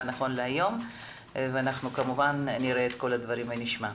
נכון להיום ואנחנו כמובן נראה ונשמע את כל הדברים.